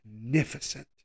magnificent